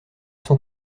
sont